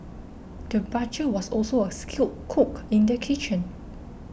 the butcher was also a skilled cook in the kitchen